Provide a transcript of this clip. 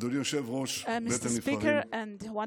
אדוני יושב-ראש בית הנבחרים, (אומר